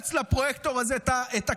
קיצץ לפרויקטור הזה את הכנפיים,